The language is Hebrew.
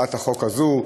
בהצעת החוק הזאת,